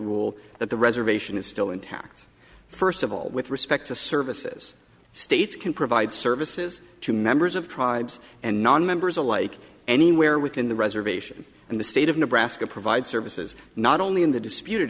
that the reservation is still intact first of all with respect to services states can provide services to members of tribes and nonmembers alike anywhere within the reservation and the state of nebraska provide services not only in the disputed